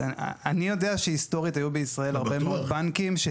אז אני יודע שהיסטורית היו בישראל הרבה מאוד בנקים.